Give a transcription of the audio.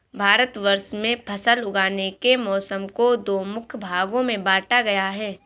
भारतवर्ष में फसल उगाने के मौसम को दो मुख्य भागों में बांटा गया है